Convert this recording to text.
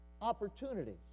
opportunities